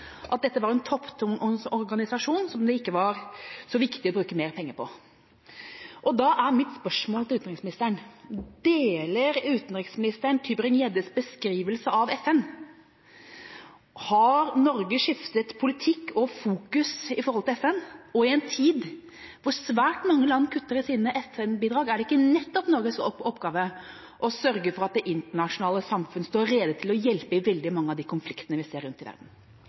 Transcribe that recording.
at dette er en topptung organisasjon som det ikke er så viktig å bruke mer penger på. Da er mitt spørsmål til utenriksministeren: Deler utenriksministeren Tybring-Gjeddes beskrivelse av FN? Har Norge skiftet politikk og fokus i forhold til FN? Og i en tid hvor svært mange land kutter i sine FN-bidrag, er det ikke nettopp Norges oppgave å sørge for at det internasjonale samfunn står rede til å hjelpe i veldig mange av de konfliktene vi ser rundt i verden?